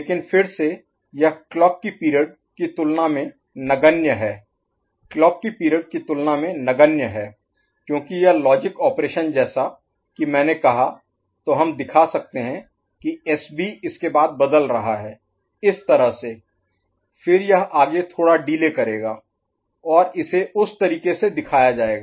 लेकिन फिर से यह क्लॉक की पीरियड की तुलना में नगण्य है क्लॉक की पीरियड की तुलना में नगण्य है क्योंकि यह लॉजिक ऑपरेशन जैसा कि मैंने कहा तो हम दिखा सकते हैं कि एसबी इसके बाद बदल रहा है इस तरह से फिर यह आगे थोड़ा डिले करेगा और इसे उस तरीके से दिखाया जाएगा